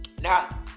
now